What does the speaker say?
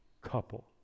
couple